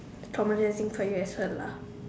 traumatising for you as well lah